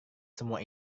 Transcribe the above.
semua